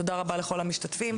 תודה רבה לכל המשתתפים.